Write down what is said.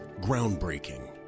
Groundbreaking